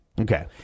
Okay